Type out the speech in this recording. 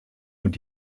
und